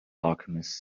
alchemist